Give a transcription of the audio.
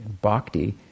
Bhakti